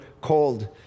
cold